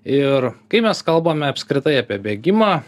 ir kai mes kalbame apskritai apie bėgimą